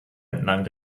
entlang